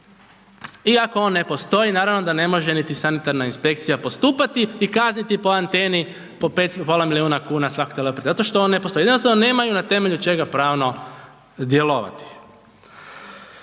ako on ne postoji, naravno da ne može niti sanitarna inspekcija postupati i kazniti po anteni po pola milijuna kuna svaki teleoperater, zato što on ne postoji, jednostavno nemaju na temelju čega pravno djelovati.